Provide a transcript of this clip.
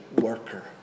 worker